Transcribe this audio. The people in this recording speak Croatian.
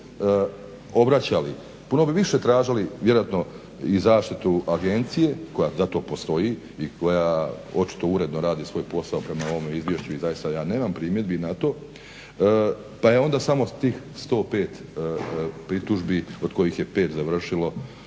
obraćali puno bi više tražili vjerojatno i zaštitu agencije koja zato postoji i koja očito radi uredno svoj posao prema ovome izvješću i zaista ja nemam primjedbi na to, pa je onda samo tih 105 pritužbi od kojih je 5 završilo